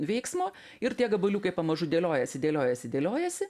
veiksmo ir tie gabaliukai pamažu dėliojasi dėliojasi dėliojasi